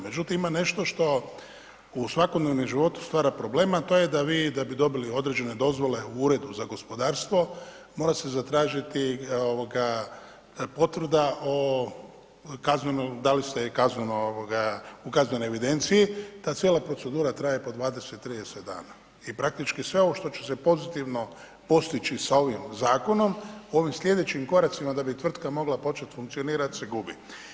Međutim, ima nešto što u svakodnevnom životu stvara problem, a to je da vi da bi dobili određene dozvole u Uredu za gospodarstvo, mora se zatražiti potvrda da li ste u kaznenoj evidenciji, ta cijela procedura traje po 20, 30 dana i praktički sve ovo što će se pozitivno postići sa ovim zakonom, u ovim slijedećim koracima da bi tvrtka mogla počet funkcionirat se gubi.